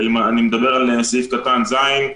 אני מדבר על סעיף קטן (ז),